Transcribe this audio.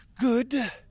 good